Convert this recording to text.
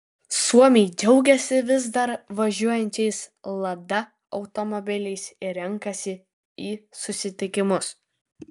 suomiai džiaugiasi vis dar važiuojančiais lada automobiliais ir renkasi į susitikimus